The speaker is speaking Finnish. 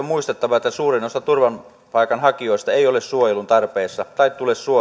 muistettava että suurin osa turvapaikanhakijoista ei ole suojelun tarpeessa tai tule